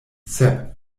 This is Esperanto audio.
sep